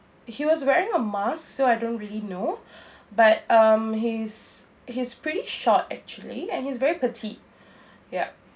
he was wearing a mask so I don't really know but um he's he's pretty short actually and he's very petite yup